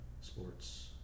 Sports